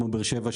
כמו באר שבע,